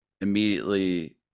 immediately